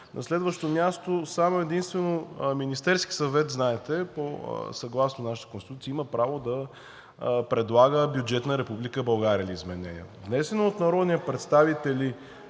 На следващо място, само и единствено Министерският съвет, знаете, съгласно нашата Конституция има право да предлага бюджет на Република България за изменение. Внесен от народни представители